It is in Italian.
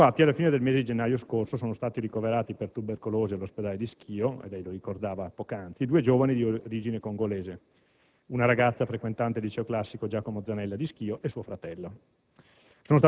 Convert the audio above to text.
Infatti, alla fine del mese di gennaio scorso sono stati ricoverati per tubercolosi all'ospedale di Schio - lei lo ricordava poc'anzi - due giovani di origine congolese: una ragazza frequentante il liceo classico «Giacomo Zanella» di Schio e suo fratello.